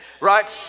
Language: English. right